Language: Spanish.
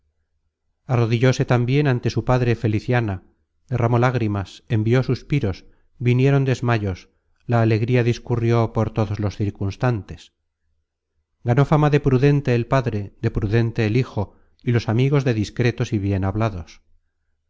arrodillóse tambien ante su padre feliciana derramó lágrimas envió suspiros vinieron desmayos la alegría discurrió por todos los circunstantes ganó fama de prudente el padre de prudente el hijo y los amigos de discretos y bien hablados